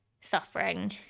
suffering